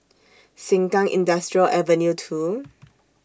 Sengkang Industrial Avenue two